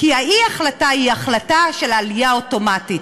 כי האי-החלטה היא החלטה של עלייה אוטומטית.